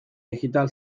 digital